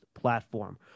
platform